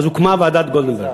ואז הוקמה ועדת גולדברג,